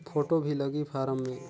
Photo भी लगी form मे?